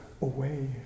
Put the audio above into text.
away